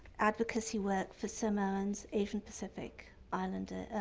advocacy work for samoans, asian-pacific islander,